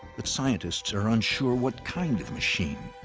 but scientists are unsure what kind of machine,